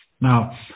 Now